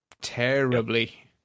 terribly